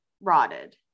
rotted